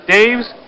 Dave's